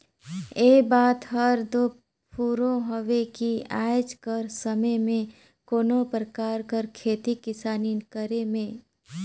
ए बात हर दो फुरों हवे कि आएज कर समे में कोनो परकार कर खेती किसानी करे में